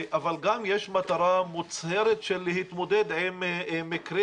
אבל גם יש מטרה מוצהרת של להתמודד עם מקרי